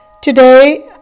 Today